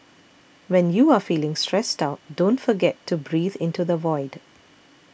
when you are feeling stressed out don't forget to breathe into the void